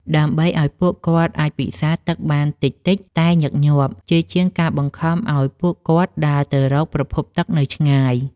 ដើម្បីឱ្យពួកគាត់អាចពិសាទឹកបានតិចៗតែញឹកញាប់ ជាជាងការបង្ខំឱ្យពួកគាត់ដើរទៅរកប្រភពទឹកនៅឆ្ងាយ។